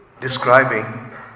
Describing